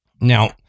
Now